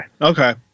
Okay